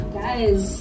guys